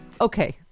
Okay